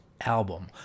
album